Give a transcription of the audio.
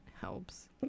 helps